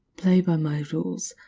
play by my rules,